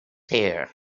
here